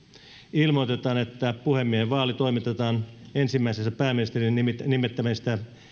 ilmoitetaan että puhemiehen vaali toimitetaan ensimmäisessä pääministerin nimittämisen